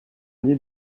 lit